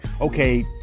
Okay